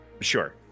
Sure